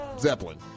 Zeppelin